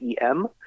em